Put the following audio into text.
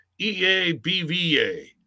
EABVA